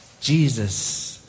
Jesus